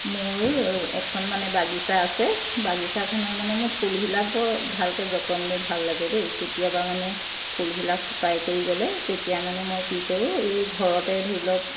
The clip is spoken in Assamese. মোৰ এখন মানে বাগিচা আছে বাগিচাখনত মানে ফুলবিলাক বৰ ভালকৈ যতন লৈ ভাল লাগে দেই কেতিয়াবা মানে ফুলবিলাক শুকাই কৰি গ'লে তেতিয়া মানে মই কি কৰোঁ এই ঘৰতে ধৰি লওক